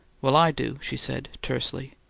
well, i do, she said tersely.